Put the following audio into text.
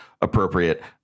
appropriate